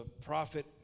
prophet